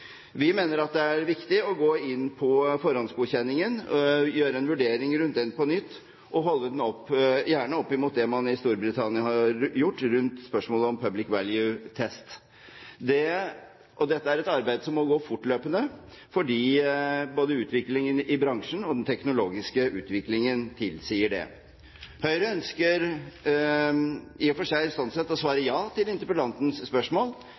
Vi mener det er viktig å gå inn på forhåndsgodkjenningen, gjøre en vurdering av den på nytt og gjerne holde den opp mot – slik man har gjort i Storbritannia – en «public value test». Dette er et arbeid som må gå fortløpende, fordi både utviklingen i bransjen og den teknologiske utviklingen tilsier det. Høyre ønsker sånn sett å svare ja på interpellantens spørsmål.